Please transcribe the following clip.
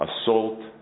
assault